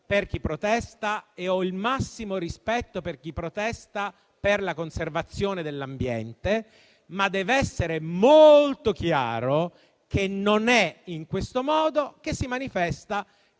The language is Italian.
per chi protesta e per chi lo fa per la conservazione dell'ambiente, ma deve essere molto chiaro che non è in questo modo che si manifesta